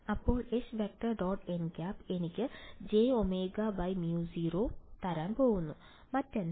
അപ്പോൾ H→ · nˆ എനിക്ക് jωμ0 തരാൻ പോകുന്നു മറ്റെന്താണ്